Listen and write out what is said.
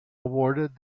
awarded